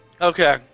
Okay